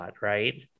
right